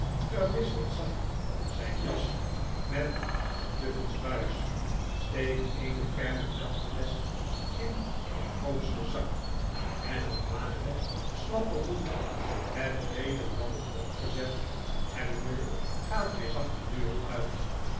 verwisselt zacht zyn jas met een duffelsch buis steekt eene ferme veldflesch in den grootsten zak en een lagen slappen hoed met breeden rand opgezet hebbende gaat hy zacht de deur uit